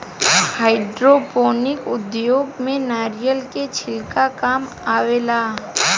hydroponic उद्योग में नारिलय के छिलका काम मेआवेला